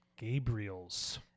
Gabriels